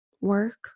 work